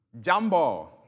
Jumbo